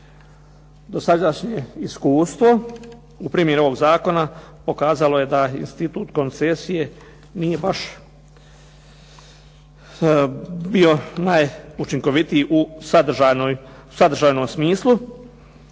Dosadašnje iskustvo u primjeni ovog zakona pokazalo je da institut koncesije nije baš bio najučinkovitiji u sadržajnom smislu,